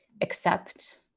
accept